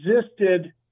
existed